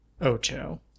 Ocho